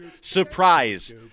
surprise